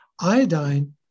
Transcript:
Iodine